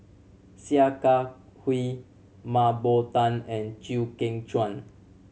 Sia Kah Hui Mah Bow Tan and Chew Kheng Chuan